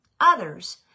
others